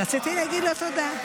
רציתי להגיד לו תודה.